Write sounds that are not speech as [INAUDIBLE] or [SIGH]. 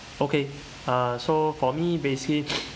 okay uh so for me basically [NOISE]